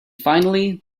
finally